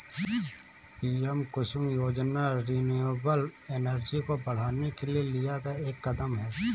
PM Kusum योजना renewable energy को बढ़ाने के लिए लिया गया एक कदम है